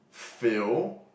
fail